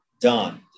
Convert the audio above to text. done